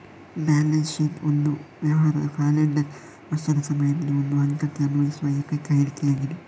balance sheet ಒಂದು ವ್ಯವಹಾರದ calendar ವರ್ಷದ ಸಮಯದಲ್ಲಿ ಒಂದು ಹಂತಕ್ಕೆ ಅನ್ವಯಿಸುವ ಏಕೈಕ ಹೇಳಿಕೆಯಾಗಿದೆ